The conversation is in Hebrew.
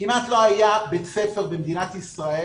כמעט לא היה בית ספר במדינת ישראל